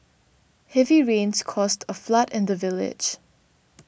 heavy rains caused a flood in the village